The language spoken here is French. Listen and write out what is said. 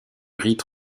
rite